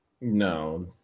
no